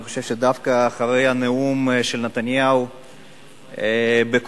דווקא אחרי הנאום של נתניהו בקונגרס,